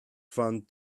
fund